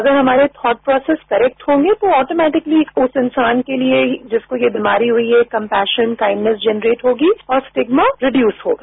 अगर हमारे thoughts process correct होंगे तो ऑटोमेटिकली उस इंसान के लिए जिसको ये बीमारी हुई है कपैशन काइंडनेस जनरेट होगी और सिग्मा रिडयूज होगा